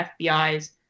FBI's